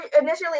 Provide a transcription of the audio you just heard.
initially